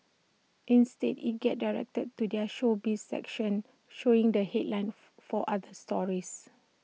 instead IT gets directed to their showbiz section showing the headlines for other stories